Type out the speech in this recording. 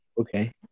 Okay